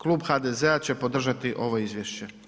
Klub HDZ-a će podržati ovo izvješće.